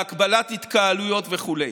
בהגבלת התקהלויות וכו'.